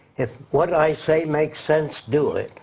if what i say makes sense, do it.